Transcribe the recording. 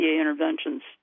interventions